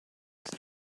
his